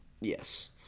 Yes